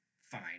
fine